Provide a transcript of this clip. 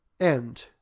End